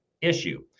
issue